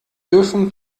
dürfen